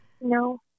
no